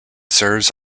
serves